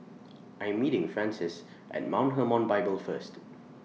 I Am meeting Frances At Mount Hermon Bible First